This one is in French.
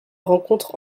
rencontrent